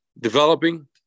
developing